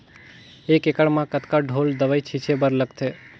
एक एकड़ म कतका ढोल दवई छीचे बर लगथे?